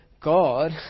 God